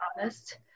honest